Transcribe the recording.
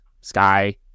Sky